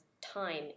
time